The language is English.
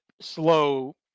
slow